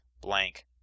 blank